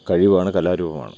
കഴിവാണ് കലാരൂപമാണ്